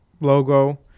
logo